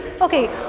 Okay